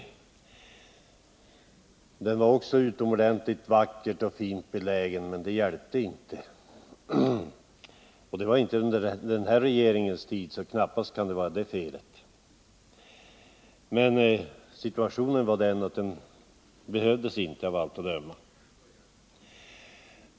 Också den var utomordentligt vackert belägen, men det hjälpte inte. Det var inte under denna regerings tid, så det kan knappast ha varit felet. Situationen var dock den att skolan av allt att döma inte behövdes.